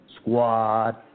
Squad